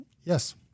Yes